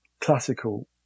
classical